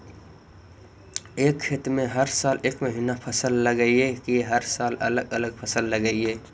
एक खेत में हर साल एक महिना फसल लगगियै कि हर साल अलग अलग फसल लगियै?